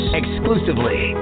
exclusively